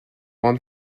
one